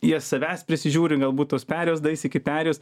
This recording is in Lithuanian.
jie savęs prisižiūri galbūt tos perėjos daeis iki perėjos